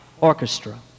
Orchestra